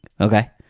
Okay